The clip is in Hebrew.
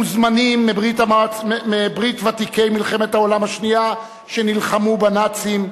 מוזמנים מברית ותיקי מלחמת העולם השנייה שנלחמו בנאצים,